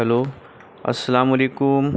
hello السلام علیکم